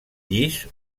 llis